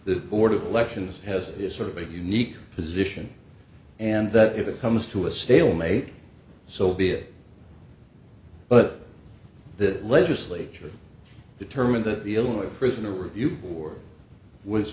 the board of elections has this sort of a unique position and that if it comes to a stalemate so be it but the legislature determined that the illinois prisoner review board was